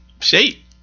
shape